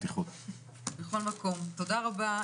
תודה רבה.